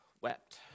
wept